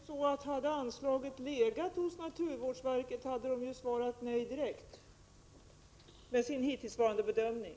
Herr talman! Hade anslaget legat hos naturvårdsverket hade svaret blivit ett direkt nej enligt naturvårdsverkets hittillsvarande bedömning.